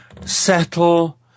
settle